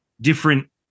different